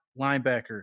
linebacker